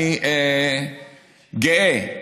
אני גאה,